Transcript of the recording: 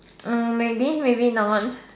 hmm maybe maybe not